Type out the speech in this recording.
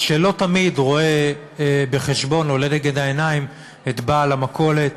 שלא תמיד רואה בחשבון או לנגד העיניים את בעל המכולת